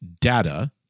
data